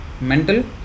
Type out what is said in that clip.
mental